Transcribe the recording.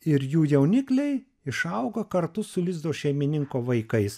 ir jų jaunikliai išauga kartu su lizdo šeimininko vaikais